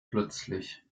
plötzlich